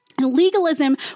Legalism